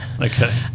Okay